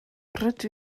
rydw